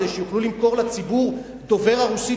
כדי שיוכלו למכור לציבור דובר הרוסית